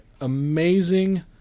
amazing